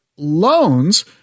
loans